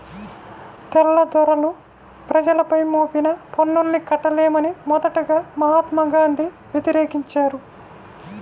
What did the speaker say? తెల్లదొరలు ప్రజలపై మోపిన పన్నుల్ని కట్టలేమని మొదటగా మహాత్మా గాంధీ వ్యతిరేకించారు